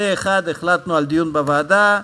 פה-אחד החלטנו על דיון בוועדה.